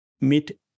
meet